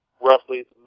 roughly